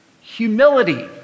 humility